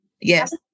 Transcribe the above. yes